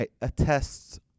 attests